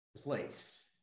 place